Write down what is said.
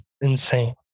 insane